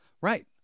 right